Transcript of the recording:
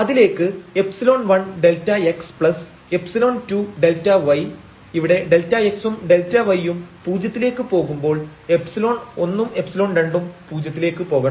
അതിലേക്ക് ϵ1Δx ϵ2Δy ഇവിടെ Δx ഉം Δy ഉം പൂജ്യത്തിലേക്ക് പോകുമ്പോൾ എപ്സിലോൺ ഒന്നും എപ്സിലോൺ രണ്ടും പൂജ്യത്തിലേക്ക് പോവണം